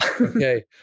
Okay